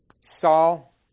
Saul